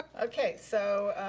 okay, so,